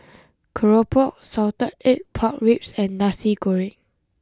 Keropok Salted Egg Pork Ribs and Nasi Goreng